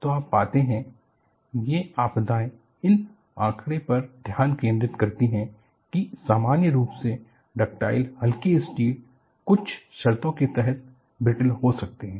तो आप पाते हैं ये आपदाएं इस आंकड़े पर ध्यान केंद्रित करती हैं कि सामान्य रूप से डक्टाइल हल्के स्टील कुछ शर्तों के तहत ब्रिटल हो सकते हैं